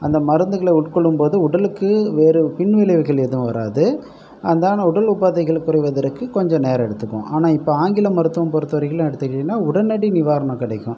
அந்த மருந்துகள் உட்கொள்ளும் போது உடலுக்கு வேறு பின் விளைவுகள் எதுவும் வராது அதான் உடல் உபாதைகள் குறைவதற்கு கொஞ்சம் நேரம் எடுத்துக்கும் ஆனால் இப்போ ஆங்கில மருத்தவம் பொருத்தவரைக்கும் எடுத்துக்கிட்டிங்கன்னா உடனடி நிவாரணம் கிடைக்கும்